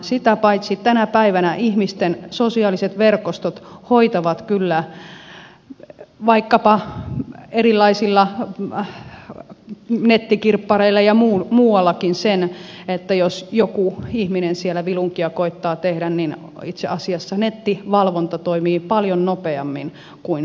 sitä paitsi tänä päivänä ihmisten sosiaaliset verkostot hoitavat kyllä vaikkapa erilaisilla nettikirppareilla ja muuallakin sen että jos joku ihminen siellä vilunkia koettaa tehdä niin itse asiassa nettivalvonta toimii paljon nopeammin kuin viranomaisvalvonta